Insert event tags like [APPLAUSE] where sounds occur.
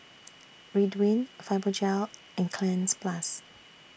[NOISE] Ridwind Fibogel and Cleanz Plus